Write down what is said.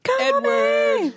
Edward